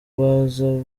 baza